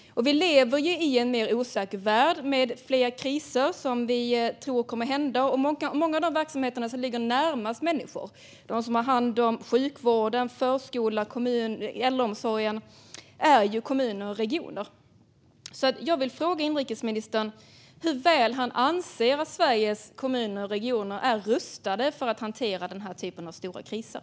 Vi lever i en mer osäker värld, där vi tror att fler kriser kommer att inträffa. Många av de verksamheter som ligger närmast människor - sjukvård, förskola och äldreomsorg - handhas av kommuner och regioner. Jag vill därför fråga inrikesministern hur väl han anser att Sveriges kommuner och regioner är rustade för att hantera denna typ av stora kriser.